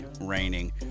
raining